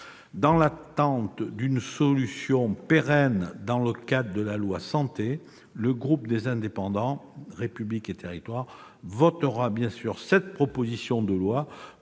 de l'adoption d'une solution pérenne dans le cadre de la loi Santé, le groupe Les Indépendants - République et Territoires votera cette proposition de loi.